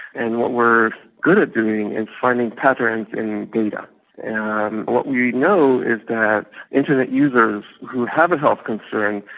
and what we're good at doing is finding patterns in data, and what we know is that internet users who have a health concern,